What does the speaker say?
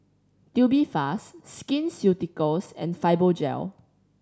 Tubifast Skin Ceuticals and Fibogel